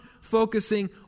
focusing